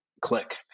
click